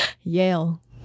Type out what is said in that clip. yale